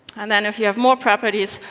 and then if you have more properties,